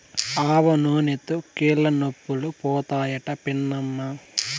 ఆవనూనెతో కీళ్లనొప్పులు పోతాయట పిన్నమ్మా